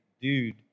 dude